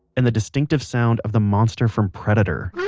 and the distinctive sound of the monster from predator